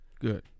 good